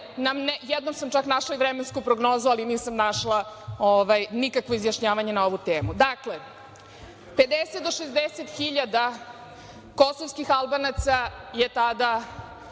jednom sam čak našla vremensku prognozu, ali nisam našla nikakvo izjašnjavanje na ovu temu. Dakle, 50 do 60 hiljada kosovskih Albanaca je tada